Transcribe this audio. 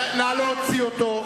נא להוציא אותו.